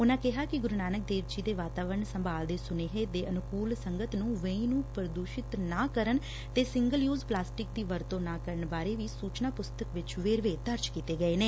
ਉਨਾਂ ਕਿਹਾ ਕਿ ਗੁਰੁ ਨਾਨਕ ਦੇਵ ਜੀ ਦੇ ਵਾਤਾਵਰਣ ਸੰਭਾਲ ਦੇ ਸੁਨੇਹੇ ਦੇ ਅਨੁਕੁਲ ਸੰਗਤ ਨੂੰ ਵੇਂਈ ਨੂੰ ਪ੍ਰਦੁਸ਼ਿਤ ਨਾ ਕਰਨ ਤੇ ਸਿੰਗਲ ਯੁਜ਼ ਪਲਾਸਟਿਕ ਦੀ ਵਰਤੋ ਨਾ ਕਰਨ ਬਾਰੇ ਵੀ ਸੁਚਨਾ ਪੁਸਤਕ ਵਿਚ ਵੇਰਵੇ ਦਰਜ ਕੀਤੇ ਗਏ ਹਨ